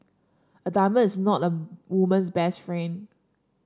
a diamond is not a woman's best friend